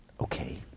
Okay